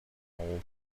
mole